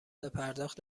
پرداخت